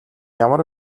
ямар